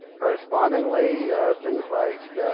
correspondingly things like